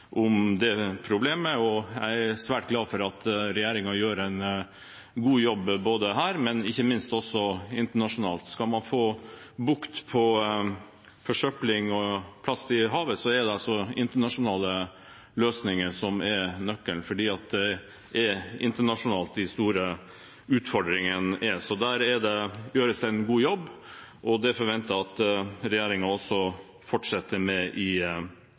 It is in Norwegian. om det problemet, og jeg er svært glad for at regjeringen gjør en god jobb både her og – ikke minst – internasjonalt. Skal man få bukt med forsøpling og plast i havet, er det internasjonale løsninger som er nøkkelen, for det er internasjonalt de store utfordringene er. Der gjøres det en god jobb, og det er det forventet at regjeringen fortsetter med også i